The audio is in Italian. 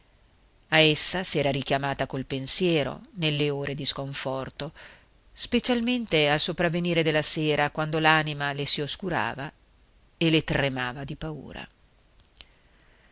a essa s'era richiamata col pensiero nelle ore di sconforto specialmente al sopravvenire della sera quando l'anima le si oscurava e le tremava di paura